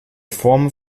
form